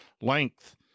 length